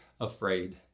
afraid